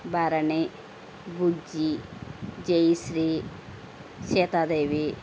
Bharani Bujji Jayashree Sitadevi